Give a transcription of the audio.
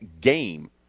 GAME